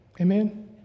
Amen